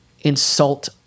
insult